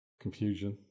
confusion